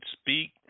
Speak